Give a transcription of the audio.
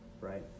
Right